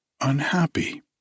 unhappy